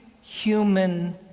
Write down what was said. human